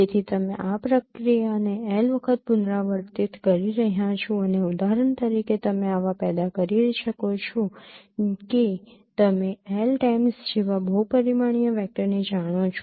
તેથી તમે આ પ્રક્રિયાને L વખત પુનરાવર્તિત કરી રહ્યાં છો અને ઉદાહરણ તરીકે તમે આવા પેદા કરી શકો છો કે તમે L ટાઇમ્સ જેવા બહુ પરિમાણીય વેક્ટરને જાણો છો